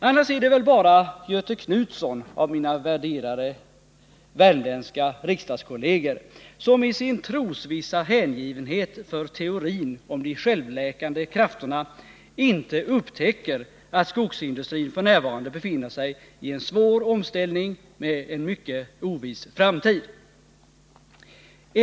Annars är det väl bara Göthe Knutson, av mina värderade värmländska riksdagskolleger, som i sin trosvissa hängivenhet för teorin om de självläkande krafterna inte upptäcker att skogsindustrin f. n. befinner sig i en svår omställning med en mycket oviss framtid.